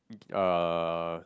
uh